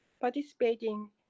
participating